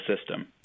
system